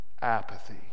apathy